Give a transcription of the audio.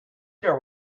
there